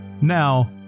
Now